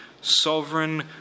sovereign